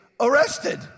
arrested